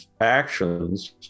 actions